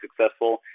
successful